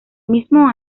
mismo